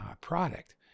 product